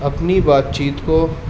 اپنی بات چیت کو